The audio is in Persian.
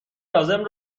لازم